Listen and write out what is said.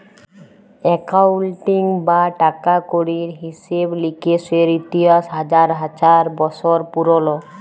accounting বা টাকা কড়ির হিসেব লিকেসের ইতিহাস হাজার হাজার বসর পুরল